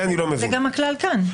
זה גם הכלל כאן.